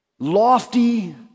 lofty